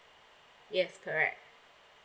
yes correct